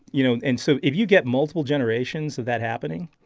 you know and so if you get multiple generations of that happening,